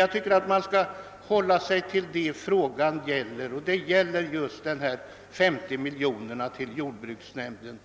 Jag tycker dock man bör hålla sig till vad frågan gäller, nämligen dessa 50 miljoner kronor till jordbruksnämnden.